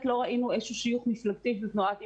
לא ראינו איזשהו שיוך מפלגתי של התנועה.